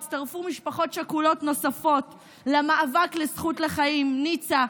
הצטרפו משפחות שכולות נוספות למאבק לזכות לחיים: ניצה,